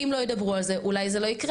אם לא ידברו על זה אולי זה לא יקרה,